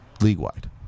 league-wide